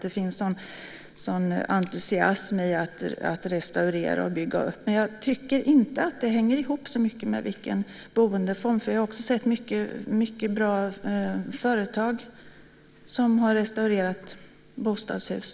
Det finns en sådan entusiasm i att restaurera och bygga upp. Men jag tycker inte att det så mycket hänger ihop med vilken boendeform det handlar om. Jag har nämligen också sett många bra företag som har restaurerat bostadshus.